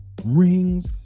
Rings